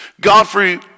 Godfrey